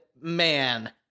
man